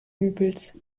übels